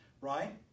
right